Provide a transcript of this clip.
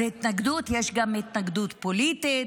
אז התנגדות, יש גם התנגדות פוליטית,